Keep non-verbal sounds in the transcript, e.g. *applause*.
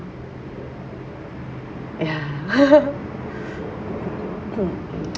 ya *laughs* *coughs*